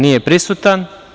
Nije prisutan.